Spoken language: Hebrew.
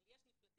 אבל יש נפלטים,